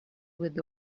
would